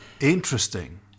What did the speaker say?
Interesting